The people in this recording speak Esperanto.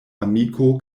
amiko